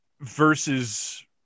versus